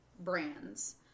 brands